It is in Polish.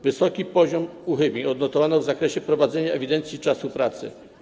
Wysoki poziom uchybień odnotowano w zakresie prowadzenia ewidencji czasu pracy.